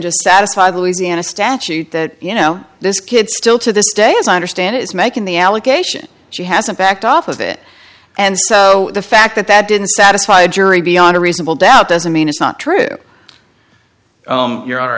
just satisfy the louisiana statute that you know this kid still to this day as i understand it is making the allegation she hasn't backed off of it and so the fact that that didn't satisfy a jury beyond a reasonable doubt doesn't mean it's not true you're